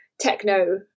Techno